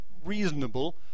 reasonable